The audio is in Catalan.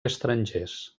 estrangers